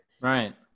right